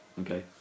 Okay